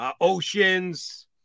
Oceans